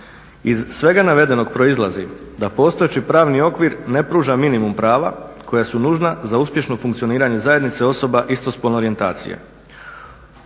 Iz svega navedenog proizlazi da postojeći pravni okvir ne pruža minimum prava koja su nužna za uspješno funkcioniranje zajednice osoba istospolne orijentacije.